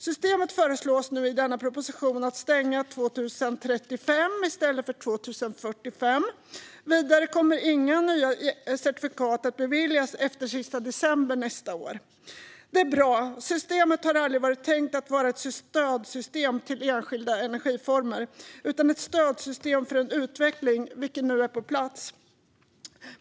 I denna proposition föreslås att systemet stängs 2035 i stället för 2045. Vidare kommer inga nya certifikat att beviljas efter sista december nästa år. Det är bra. Systemet har aldrig varit tänkt att vara ett stödsystem till enskilda energiformer, utan det var ett stödsystem för en utveckling vilken nu är på plats.